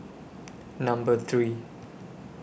Number three